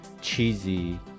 cheesy